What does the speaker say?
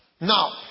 Now